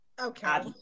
Okay